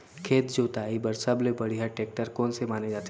खेत जोताई बर सबले बढ़िया टेकटर कोन से माने जाथे?